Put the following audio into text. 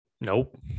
nope